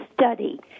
study